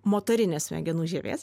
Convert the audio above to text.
motorinės smegenų žievės